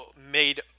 made